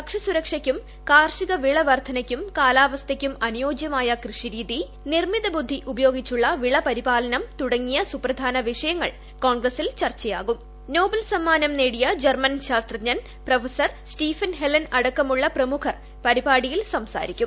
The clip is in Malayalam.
ഭക്ഷ്യസുരക്ഷയ്ക്കും കാർഷിക വിള വർദ്ധനയ്ക്കും കാലാവസ്ഥയ്ക്കും അനുയോജ്യമായ കൃഷിരീതി നിർമിത ബുദ്ധി ഉപയോഗിച്ചുള്ള വിളപരിപ്പാലുനം തുടങ്ങിയ സുപ്രധാന വിഷയങ്ങൾ കോൺഗ്രസ്സിൽ ചർച്ചയാപ്പും നോബൽ സമ്മാനം നേടിയ ജർമൻ ശാസ്ത്രജ്ഞൻ പ്രൊഫിക് സ്റ്റീഫൻ ഹെലൻ അടക്കമുള്ള പ്രമുഖർ പരിപാടിയിൽ സ്സ്ാരിക്കും